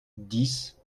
dix